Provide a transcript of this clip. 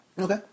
Okay